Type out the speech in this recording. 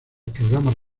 programas